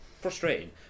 frustrating